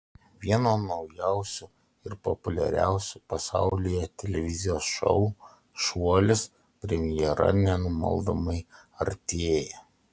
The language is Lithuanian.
vieno naujausių ir populiariausių pasaulyje televizijos šou šuolis premjera nenumaldomai artėja